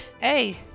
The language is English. Hey